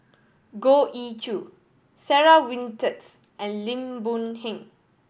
Goh Ee Choo Sarah Winstedt and Lim Boon Heng